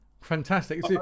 Fantastic